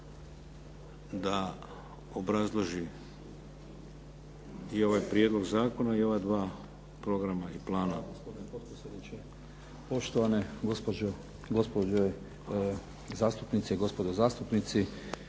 da obrazloži i ovaj prijedlog zakona i ova dva programa i plana.